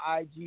IG